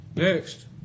Next